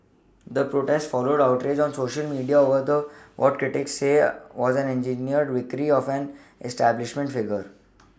the protest followed outrage on Social media over what critics say was the engineered victory of an establishment figure